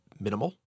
minimal